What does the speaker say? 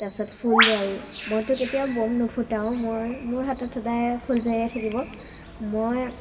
তাৰপিছত ফুলজাৰি মইটো কেতিয়াও বোম নুফুটাওঁ মই মোৰ হাতত সদায় ফুলজাৰিয়ে থাকিব মই